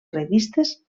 revistes